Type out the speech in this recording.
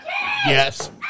Yes